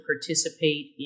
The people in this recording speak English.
participate